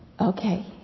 okay